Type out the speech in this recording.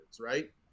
right